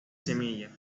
semillas